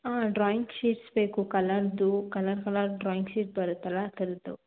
ಹಾಂ drawing sheets ಬೇಕು ಕಲರದ್ದು ಕಲರ್ ಕಲರ್ ಡ್ರಾಯಿಂಗ್ ಶೀಟ್ ಬರುತ್ತಲ್ಲ ಆ ಥರದ್ದು